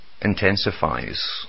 intensifies